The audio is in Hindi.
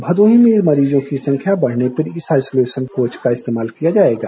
भदोही में मरीजों की संख्या बढ़ने पर इस आईसोलेशन कोच का इस्तेमाल किया जायेगा